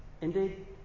Indeed